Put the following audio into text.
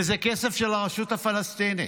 וזה כסף של הרשות הפלסטינית,